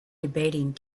debating